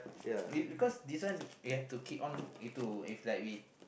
this because this one we have to keep on into if we